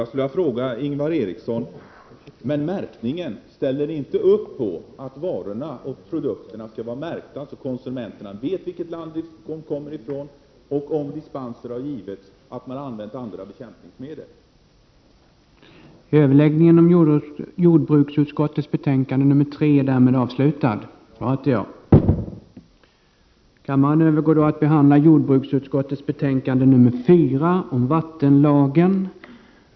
Jag skulle vilja fråga Ingvar Eriksson om märkningen: Ställer sig inte moderaterna bakom kravet att produkterna skall vara märkta så att konsumenterna vet vilket land de kommer från, om dispenser har givits och andra bekämpningsmedel har använts?